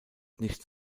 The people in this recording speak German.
nichts